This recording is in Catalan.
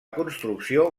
construcció